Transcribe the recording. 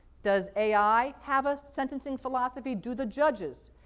does ai have a sentencing philosophy? do the judges?